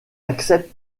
accepte